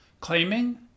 claiming